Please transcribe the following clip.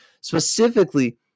specifically